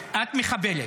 מחבל.